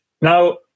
Now